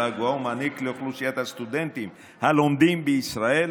הגבוהה ומעניק לאוכלוסיית הסטודנטים הלומדים בישראל